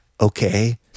okay